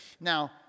Now